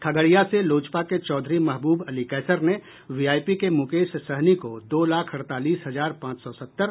खगड़िया से लोजपा के चौधरी महबूब अली कैसर ने वीआईपी के मुकेश सहनी को दो लाख अड़तालीस हजार पांच सौ सत्तर